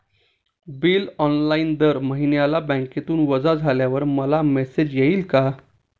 Bill online दर महिन्याला बँकेतून वजा झाल्यावर मला मेसेज येईल का?